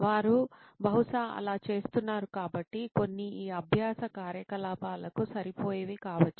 వారు బహుశా అలా చేస్తున్నారు కాబట్టి కొన్ని ఈ అభ్యాస కార్యకలాపాలకు సరిపోయేవి కావచ్చు